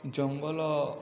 ଜଙ୍ଗଲ